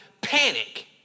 panic